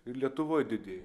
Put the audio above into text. ir lietuvoj didėja